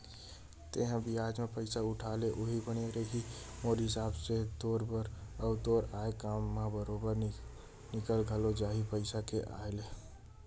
तेंहा बियाज म पइसा उठा ले उहीं बने रइही मोर हिसाब ले तोर बर, अउ तोर आय काम ह बरोबर निकल घलो जाही पइसा के आय ले